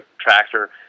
tractor